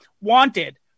Wanted